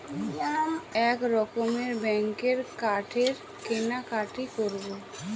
এক রকমের ব্যাঙ্কের কার্ডে কেনাকাটি করব